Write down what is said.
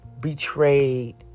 betrayed